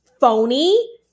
phony